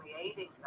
creating